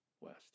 West